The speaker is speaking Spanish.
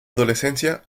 adolescencia